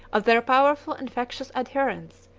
of their powerful and factious adherents,